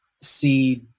see